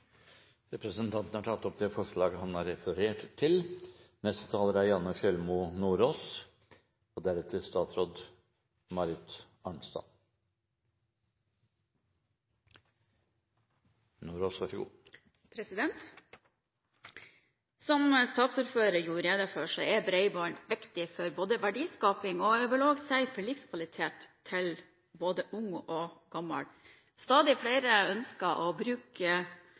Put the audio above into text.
Representanten Jan-Henrik Fredriksen har tatt opp det forslag han refererte til. Som saksordføreren gjorde rede for, er bredbånd viktig for verdiskaping og, jeg vil si, også for livskvaliteten til både ung og gammel. Stadig flere ønsker å bruke nettilkobling for å lese aviser, til nettbank og for operasjoner knyttet til